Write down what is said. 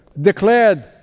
declared